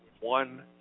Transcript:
one